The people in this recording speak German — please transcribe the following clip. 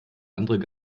anderen